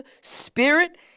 spirit